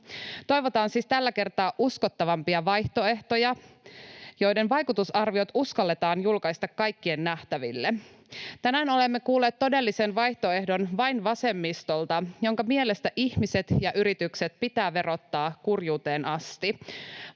Toivotaan siis tällä kertaa uskottavampia vaihtoehtoja, joiden vaikutusarviot uskalletaan julkaista kaikkien nähtäville. Tänään olemme kuulleet todellisen vaihtoehdon vain vasemmistolta, jonka mielestä ihmiset ja yritykset pitää verottaa kurjuuteen asti.